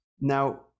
Now